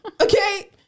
Okay